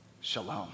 Shalom